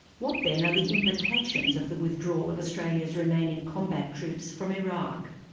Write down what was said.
what then are the implications of the withdrawal of australia's remaining combat troops from iraq?